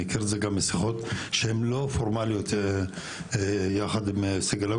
מכיר את זה גם משיחות שהן לא פורמליות יחד עם סגלוביץ'.